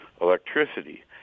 electricity